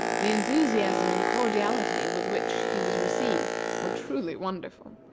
the enthusiasm and cordiality with which he was received were truly wonderful.